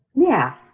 yeah.